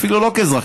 אפילו לא כאזרח,